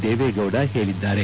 ದೇವೇಗೌಡ ಹೇಳಿದ್ದಾರೆ